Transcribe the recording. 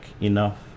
enough